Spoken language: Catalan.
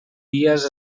dies